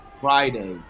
Friday